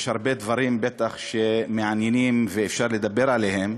יש הרבה דברים מעניינים, בטח, ואפשר לדבר עליהם,